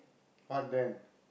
what then